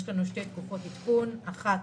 יש לנו שתי תקופות עדכון: האחת,